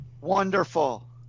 Wonderful